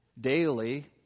daily